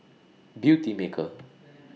Beautymaker